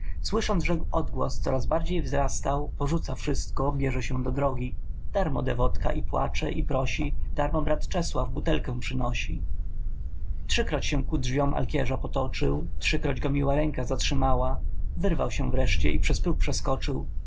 słysząc że odgłos coraz bardziej wzrastał porzuca wszystko bierze się do drogi darmo dewotka i płacze i prosi darmo brat czesław butelkę przynosi trzykroć się ku drzwiom alkierza potoczył trzykroć go miła ręka zatrzymała wyrwał się wreszcie i przez próg przeskoczył